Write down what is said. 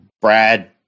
Brad